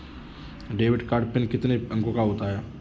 Debit card PIN कितने अंकों का होता है?